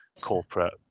corporate